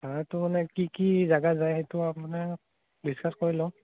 ভাড়াটো মানে কি কি জেগা যায় সেইটো মানে ডিছকাছ কৰি লওঁ